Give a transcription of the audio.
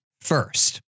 first